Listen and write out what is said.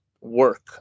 work